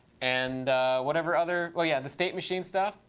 and whatever other oh, yeah, the state machine stuff,